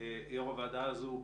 לשון החלטה.